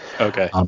Okay